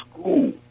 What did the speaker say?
school